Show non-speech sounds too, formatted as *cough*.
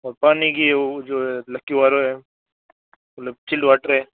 और पानी की वो जो हे *unintelligible* वाटर है मतलब चिल्ड वाटर है